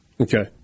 Okay